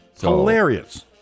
Hilarious